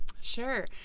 Sure